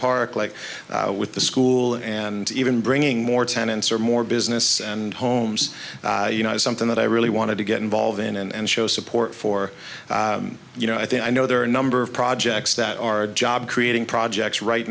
park like with the school and even bringing more tenants or more business and homes you know something that i really wanted to get involved in and show support for you know i think i know there are a number of projects that are job creating projects right